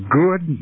good